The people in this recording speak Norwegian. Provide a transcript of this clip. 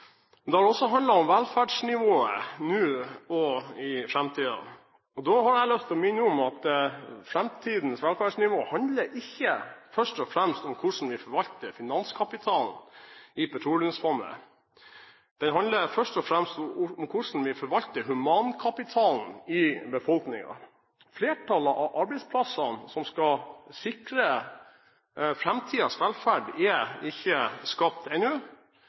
Da har jeg lyst til å minne om at framtidens velferdsnivå ikke først og fremst handler om hvordan vi forvalter finanskapitalen i petroleumsfondet. Det handler først og fremst om hvordan vi forvalter humankapitalen i befolkningen. Flertallet av arbeidsplassene som skal sikre framtidens velferd, er ikke skapt ennå,